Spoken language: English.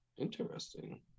Interesting